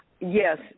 Yes